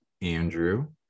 Andrew